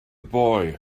boy